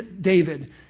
David